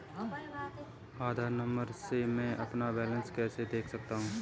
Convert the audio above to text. आधार number से मैं अपना बैलेंस कैसे देख सकता हूँ?